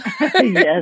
Yes